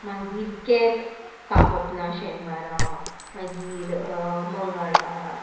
मागीर केंस कापप ना शेनवारा मागीर मंगळवारा